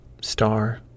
star